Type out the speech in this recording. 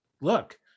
look